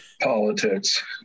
Politics